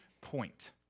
point